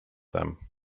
them